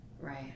Right